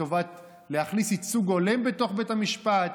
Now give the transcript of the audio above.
לטובת להכניס ייצוג הולם בתוך בית המשפט,